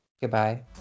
Goodbye